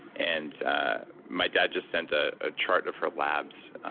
and my dad just sent a ah chart of her labs,